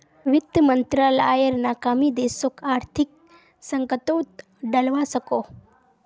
वित मंत्रालायेर नाकामी देशोक आर्थिक संकतोत डलवा सकोह